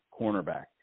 cornerback